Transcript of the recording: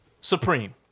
Supreme